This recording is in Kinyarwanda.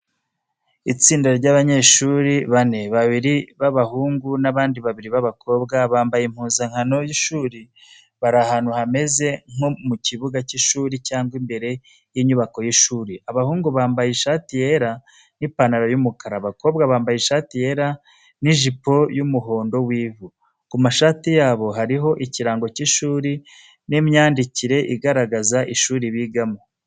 Itsinda ry’abanyeshuri bane: babiri b’abahungu n’abandi babiri b’abakobwa, bambaye impuzankano y’ishuri bari ahantu hameze nko mu kibuga cy’ishuri cyangwa imbere y’inyubako y’ishuri. Abahungu bambaye ishati yera n’ipantalo y’umukara, abakobwa bambaye ishati yera n’ijipo y’umuhondo w’ivu. Ku mashati yabo hariho ikirango cy’ishuri n’imyandikire igaragaza ishuri bigamo.